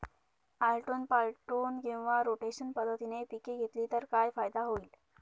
आलटून पालटून किंवा रोटेशन पद्धतीने पिके घेतली तर काय फायदा होईल?